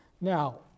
Now